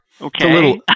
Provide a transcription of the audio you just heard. Okay